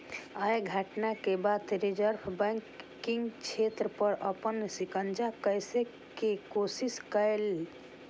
अय घटना के बाद रिजर्व बैंक बैंकिंग क्षेत्र पर अपन शिकंजा कसै के कोशिश केलकै